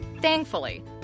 Thankfully